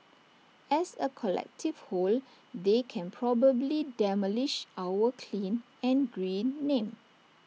as A collective whole they can probably demolish our clean and green name